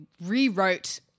rewrote